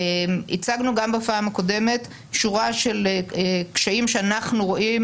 הצגנו גם בפעם הקודמת שורה של קשיים שאנחנו רואים